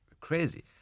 crazy